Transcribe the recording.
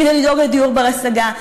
כדי לדאוג לדיור בר-השגה.